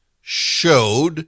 showed